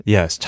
Yes